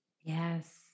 Yes